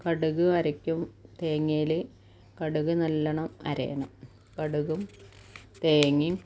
കടുക് അരക്കും തേങ്ങേൽ കടുക് നല്ലവണ്ണം അരയണം കടുകും തേങ്ങേമ്